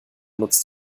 nutzt